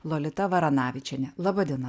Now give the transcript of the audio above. lolita varanavičienė laba diena